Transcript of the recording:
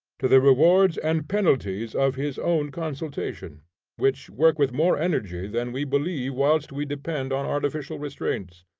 to the rewards and penalties of his own constitution which work with more energy than we believe whilst we depend on artificial restraints.